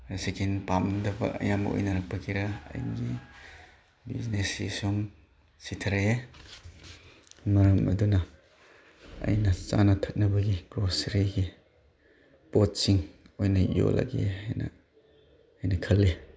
ꯁꯦꯀꯦꯟ ꯍꯦꯟꯗ ꯄꯥꯃꯗꯕ ꯑꯌꯥꯝꯕ ꯑꯣꯏꯅꯔꯛꯄꯒꯤꯔ ꯑꯩꯒꯤ ꯕꯤꯖꯤꯅꯦꯁꯁꯦ ꯁꯨꯝ ꯁꯤꯊꯔꯛꯑꯦ ꯃꯔꯝ ꯑꯗꯨꯅ ꯑꯩꯅ ꯆꯥꯅ ꯊꯛꯅꯕꯒꯤ ꯒ꯭ꯔꯣꯁꯔꯤꯒꯤ ꯄꯣꯠꯁꯤꯡ ꯑꯣꯏꯅ ꯌꯣꯜꯂꯒꯦ ꯍꯥꯏꯅ ꯑꯩꯅ ꯈꯜꯂꯤ